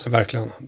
Verkligen